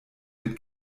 mit